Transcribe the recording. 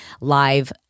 live